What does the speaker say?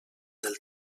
del